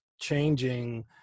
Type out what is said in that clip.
changing